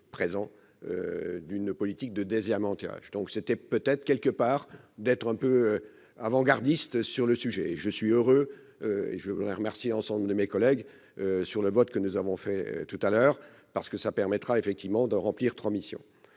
présents d'une politique de désherbant tirage donc c'était peut-être quelque part d'être un peu avant-gardiste sur le sujet, je suis heureux et je voudrais remercier ensemble de mes collègues sur le vote que nous avons fait tout à l'heure parce que ça permettra effectivement de remplir 3 missions